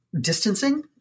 distancing